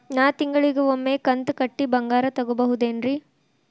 ನಾ ತಿಂಗಳಿಗ ಒಮ್ಮೆ ಕಂತ ಕಟ್ಟಿ ಬಂಗಾರ ತಗೋಬಹುದೇನ್ರಿ?